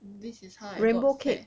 this is how I got fat